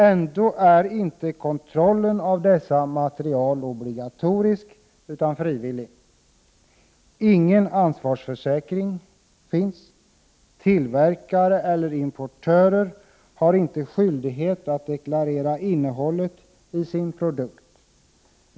Ändå är inte kontrollen av dessa material obligatorisk, utan den är frivillig. Ingen ansvarsförsäkring finns. Tillverkare eller importörer har inte skyldighet att deklarera innehållet i sin produkt.